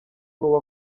n’uwo